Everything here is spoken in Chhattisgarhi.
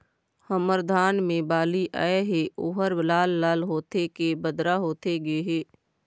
हमर धान मे बाली आए हे ओहर लाल लाल होथे के बदरा होथे गे हे?